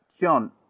John